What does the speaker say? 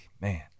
man